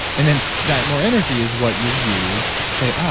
and then, that more energy is what you use say, um